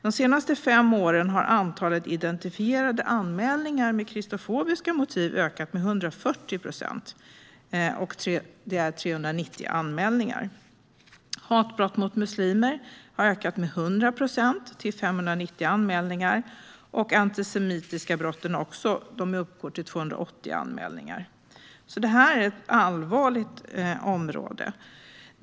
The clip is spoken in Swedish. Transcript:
De senaste fem åren har antalet identifierade anmälningar med kristofobiska motiv ökat med 140 procent - det är 390 anmälningar. När det gäller hatbrott mot muslimer har det ökat med 100 procent till 590 anmälningar. Och de antisemitiska brotten uppgår till 280 anmälningar. Detta är alltså ett allvarligt område.